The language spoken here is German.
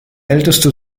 älteste